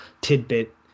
tidbit